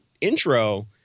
intro